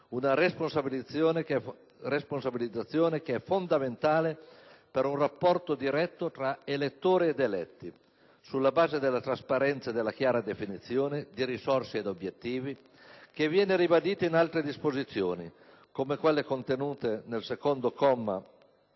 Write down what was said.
Una responsabilizzazione che è fondamentale per un rapporto diretto tra elettori ed eletti, sulla base della trasparenza e della chiara definizione di risorse ed obiettivi, che viene ribadita in altre disposizioni, come quelle contenute nel comma